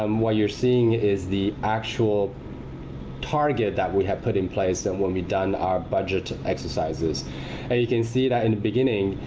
um what you're seeing is the actual target that we have put in place when we've done our budget exercises. and you can see that in the beginning,